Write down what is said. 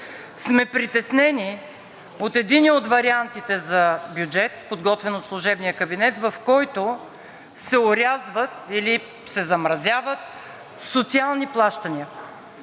сме притеснени от единия от вариантите за бюджет, подготвен от служебния кабинет, в който се орязват или се замразяват социални плащания.